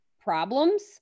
problems